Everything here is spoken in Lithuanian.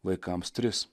vaikams tris